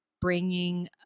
bringing